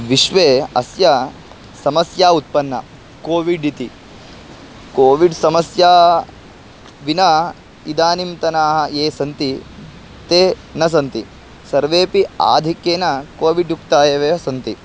विश्वे अस्य समस्या उत्पन्न कोविड् इति कोविड् समस्या विना इदानीन्तनाः ये सन्ति ते न सन्ति सर्वेऽपि आधिक्येन कोविड्युक्ता एव सन्ति